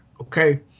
okay